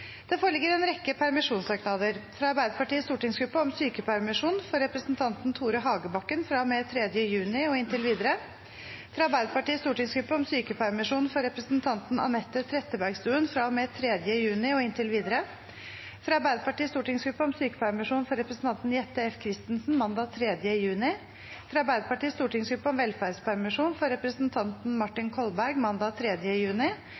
Det foreligger en rekke permisjonssøknader: fra Arbeiderpartiets stortingsgruppe om sykepermisjon for representanten Tore Hagebakken fra og med 3. juni og inntil videre fra Arbeiderpartiets stortingsgruppe om sykepermisjon for representanten Anette Trettebergstuen fra og med 3. juni og inntil videre fra Arbeiderpartiets stortingsgruppe om sykepermisjon for representanten Jette F. Christensen mandag 3. juni fra Arbeiderpartiets stortingsgruppe om velferdspermisjon for representanten Martin Kolberg mandag 3. juni